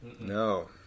no